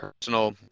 personal